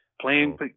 playing